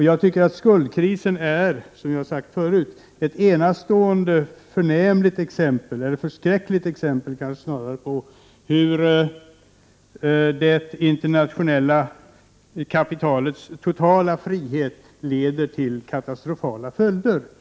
Jag tycker att denna, som jag har sagt förut, är ett enastående skräckexempel när det gäller det internationella kapitalets totala frihet och de katastrofala följderna av denna.